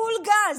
פול גז.